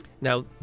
Now